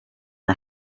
are